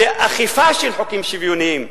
זה אכיפה של חוקים שוויוניים.